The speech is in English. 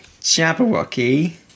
Jabberwocky